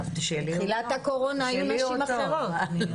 בתחילת הקורונה היו נשים אחרות.